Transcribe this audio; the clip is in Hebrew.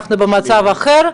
אנחנו במצב אחר.